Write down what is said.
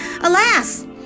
Alas